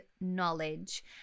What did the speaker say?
knowledge